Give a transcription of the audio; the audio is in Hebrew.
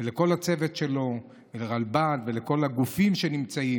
ולכל הצוות שלו, לרלב"ד ולכל הגופים שנמצאים.